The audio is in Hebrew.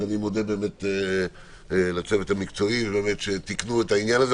אז זה באמת לצוות המקצועי שתיקן את העניין הזה.